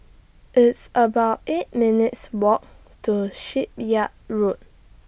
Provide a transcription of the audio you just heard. It's about eight minutes' Walk to Shipyard Road